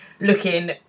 looking